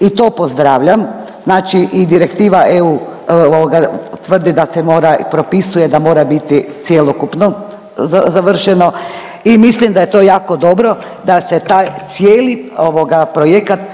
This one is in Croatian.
i to pozdravljam, znači i direktiva eu ovoga tvrdi da se mora, propisuje da mora biti cjelokupno završeno i mislim da je to jako dobro da se taj cijeli ovoga